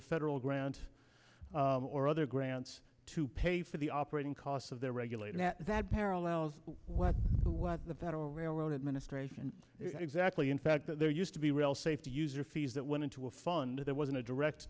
a federal grant or other grants to pay for the operating costs of their regulated that parallels what the what the federal railroad administration and exactly in fact that there used to be real safety user fees that went into a fund there wasn't a direct